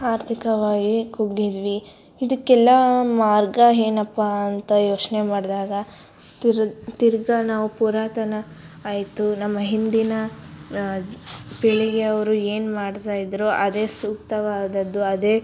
ಆರ್ಥಿಕವಾಗಿ ಕುಗ್ಗಿದ್ವಿ ಇದಕ್ಕೆಲ್ಲ ಮಾರ್ಗ ಏನಪ್ಪ ಅಂತ ಯೋಚನೆ ಮಾಡಿದಾಗ ತಿರ್ಗಿ ನಾವು ಪುರಾತನ ಆಯಿತು ನಮ್ಮ ಹಿಂದಿನ ಪೀಳಿಗೆ ಅವರು ಏನು ಮಾಡ್ತಾಯಿದ್ದರು ಅದೇ ಸೂಕ್ತವಾದದ್ದು ಅದೇ